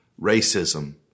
racism